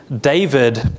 David